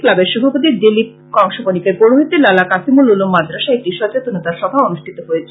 ক্লাবের সভাপতি দিলীপ কংশ বণিকের পৌরহিত্যে লালা কাছিমল উলুম মাদ্রাসায় একটি সচেতনতা সভা অনুষ্ঠিত হয়েছে